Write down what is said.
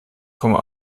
komma